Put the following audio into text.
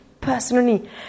Personally